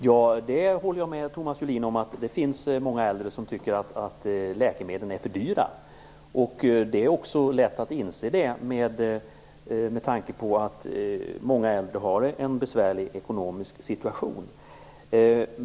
Herr talman! Jag håller med Thomas Julin om att det finns många äldre som tycker att läkemedlen är för dyra. Det är också lätt att inse detta med tanke på att många äldre har en besvärlig ekonomisk situation.